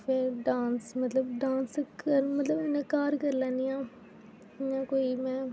फिर डांस मतलब डांस कर मतलब इ'यां घर कर लैनी आं इ'यां कोई में